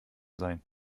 sein